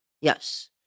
Yes